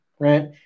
right